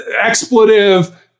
expletive